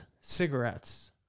cigarettes